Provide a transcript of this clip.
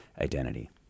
identity